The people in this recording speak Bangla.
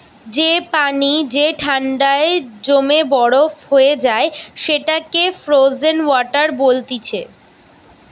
যে পানি যে ঠান্ডায় জমে বরফ হয়ে যায় সেটাকে ফ্রোজেন ওয়াটার বলতিছে